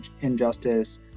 injustice